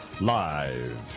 Live